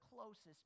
closest